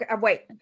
wait